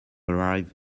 arrive